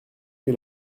que